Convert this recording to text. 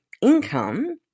income